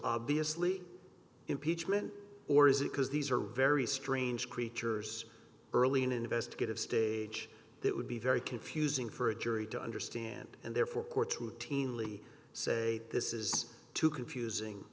obviously impeachment or is it because these are very strange creatures early in investigative stage that would be very confusing for a jury to understand and therefore courtroom team really say this is too confusing